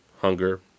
hunger